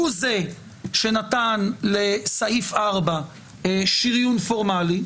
הוא זה שנתן לסעיף 4 שריון פורמלי,